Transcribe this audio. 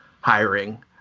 hiring